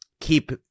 keep